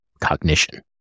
cognition